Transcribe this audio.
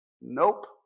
Nope